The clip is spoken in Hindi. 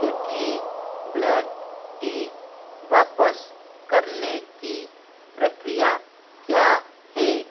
टेटली ब्लैक टी वापस करने की प्रक्रिया क्या है